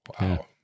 wow